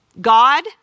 God